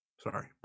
Sorry